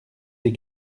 des